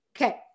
Okay